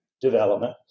development